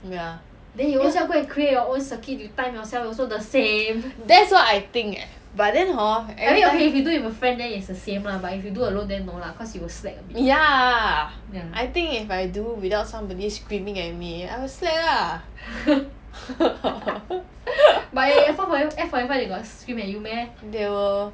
ya that's what I eh but then hor everytime ya I think if I do without somebody screaming at me I will slack lah they will